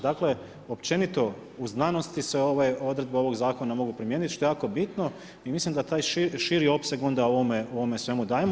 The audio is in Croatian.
Dakle općenito u znanosti se odredbe ovog zakona mogu primijeniti, što je jako bitno i mislim da taj širi opseg onda ovome svemu dajemo.